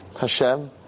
Hashem